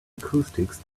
acoustics